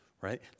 right